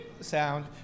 Sound